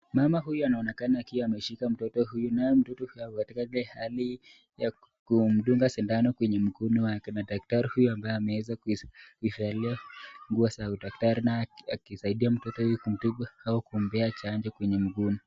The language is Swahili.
Mama huyu anaonekana akiwa ameshika mtoto huyu naye mtoto ako katika hali ya kumdunga sindano kwenye mkono wake na kuna daktari huyu ambaye ameweza kuivalia nguo za udaktari naye akimsaidia mtoto huyu kumtibu au kumpea chanjo kwenye mguuni.